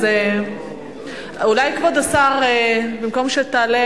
אז אולי, כבוד השר, במקום שתעלה